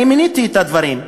מניתי את הדברים,